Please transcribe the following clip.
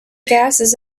gases